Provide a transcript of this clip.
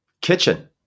Kitchen